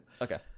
Okay